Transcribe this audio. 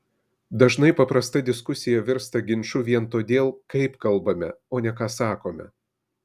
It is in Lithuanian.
dažnai paprasta diskusija virsta ginču vien todėl kaip kalbame o ne ką sakome